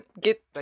Get